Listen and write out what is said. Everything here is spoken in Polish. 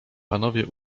panowie